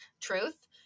Truth